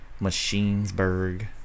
Machine'sburg